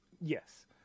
yes